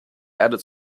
erde